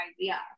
idea